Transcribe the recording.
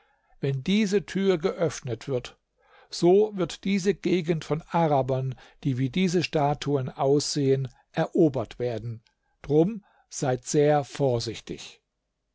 wenn diese tür geöffnet wird so wird diese gegend von arabern die wie diese statuen aussehen erobert werden drum seid sehr vorsichtig